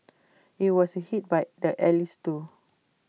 IT was hit by the allies too